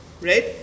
right